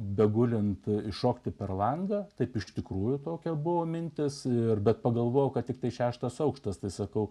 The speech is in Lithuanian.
begulint iššokti per langą taip iš tikrųjų tokia buvo mintis ir bet pagalvojau kad tiktai šeštas aukštas tai sakau